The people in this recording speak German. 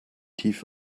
tief